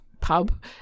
pub